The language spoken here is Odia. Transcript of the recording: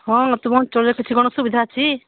ହଁ ମତେ ମୋ ଅଞ୍ଚଳରେ କିଛି କ'ଣ ସୁବିଧା ଅଛି